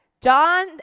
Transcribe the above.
John